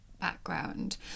background